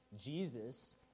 Jesus